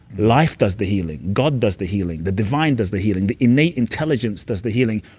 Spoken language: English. life does the healing. god does the healing. the divine does the healing. the innate intelligence does the healing.